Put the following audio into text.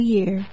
Year